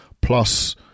plus